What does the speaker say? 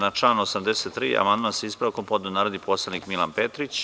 Na član 83. amandman sa ispravkom je podneo narodni poslanik Milan Petrić.